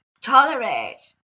tolerate